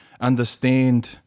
understand